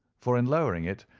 for in lowering it,